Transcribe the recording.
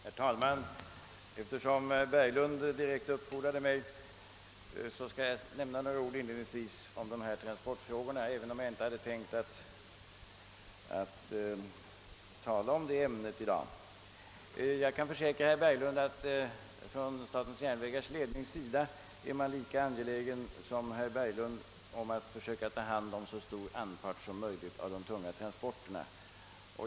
Herr talman! Eftersom herr Berglund direkt uppfordrade mig därtill, skall jag inledningsvis nämna några ord om transportfrågorna, även om jag inte hade tänkt tala om det ämnet i dag. Jag kan försäkra herr Berglund att statens järnvägars ledning är lika angelägen som han att ta hand om så stor del som möjligt av de tunga transporterna.